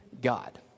god